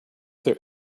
their